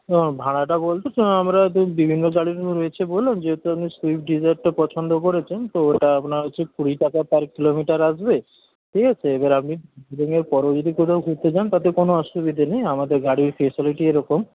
না ভাড়াটা বলতে তো আমরা তো বিভিন্ন গাড়ি রয়েছে বললাম যেহেতু আপনি সুইফ্ট ডিজায়ারটা পছন্দ করেছেন তো ওটা আপনার হচ্ছে কুড়ি টাকা পার কিলোমিটার আসবে ঠিক আছে এবার আপনি পরেও যদি কোথাও ঘুরতে যান তাতে কোনও অসুবিধে নেই আমাদের গাড়ির ফেসিলিটি এরকম